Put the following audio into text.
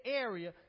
area